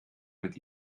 mit